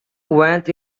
went